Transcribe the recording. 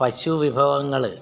പശു വിഭവങ്ങൾ